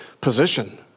position